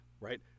right